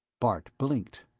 bart blinked.